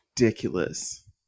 ridiculous